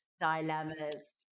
dilemmas